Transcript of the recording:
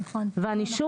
ושוב,